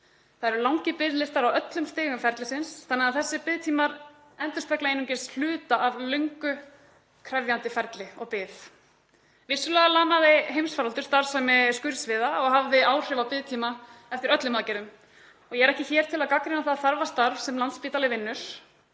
Það eru langir biðlistar á öllum stigum ferlisins þannig að þessir biðtímar endurspegla einungis hluta af löngu krefjandi ferli og bið. Vissulega lamaði heimsfaraldur starfsemi skurðsviða og hafði áhrif á biðtíma eftir öllum aðgerðum. Og ég er ekki hér til að gagnrýna það þarfa starf sem Landspítali vinnur